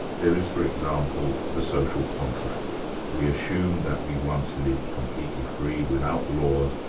there is for example, the social contract we assume that we once lived completely free, without laws,